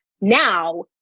now